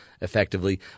effectively